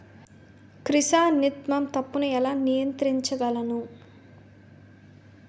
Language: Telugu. క్రిసాన్తిమం తప్పును ఎలా నియంత్రించగలను?